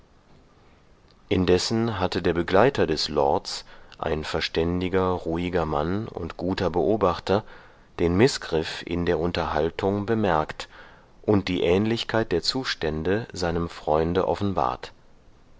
indessen hatte der begleiter des lords ein verständiger ruhiger mann und guter beobachter den mißgriff in der unterhaltung bemerkt und die ähnlichkeit der zustände seinem freunde offenbart